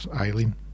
Eileen